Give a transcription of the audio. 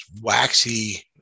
waxy